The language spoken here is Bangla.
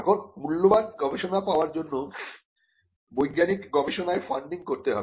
এখন মূল্যবান গবেষণা পাবার জন্য বৈজ্ঞানিক গবেষণায় ফান্ডিং করতে হবে